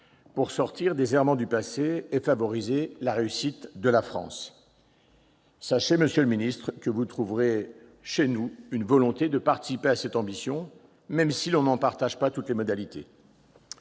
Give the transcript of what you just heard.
: sortir des errements du passé et favoriser la réussite de la France. Sachez, monsieur le secrétaire d'État, que vous trouverez chez nous une volonté de participer à la réalisation de cette ambition, même si nous n'en partageons pas toutes les modalités.